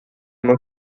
uma